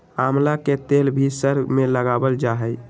आमला के तेल भी सर में लगावल जा हई